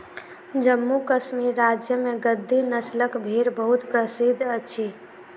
जम्मू कश्मीर राज्य में गद्दी नस्लक भेड़ बहुत प्रसिद्ध अछि